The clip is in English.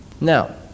Now